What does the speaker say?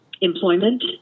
employment